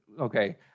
okay